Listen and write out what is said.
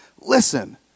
listen